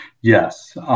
Yes